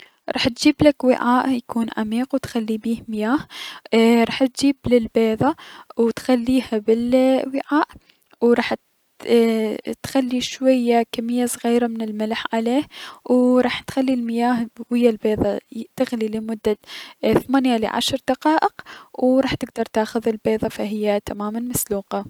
راح تجيبلك وعاء يكون عميق و تخلي بيه مياه اي- راح تجيب البيضة، راح تخليها بالوعاء و راح ت ايي- تخلي شوية كمية صغيرة من الملح عليه و راح تخلي المياه تغلي ويا البيضة لمدة ثمانية الى عشر دقائق و راح تكدر تاخذ البيضة فهي تماما مسلوقة.